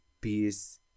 peace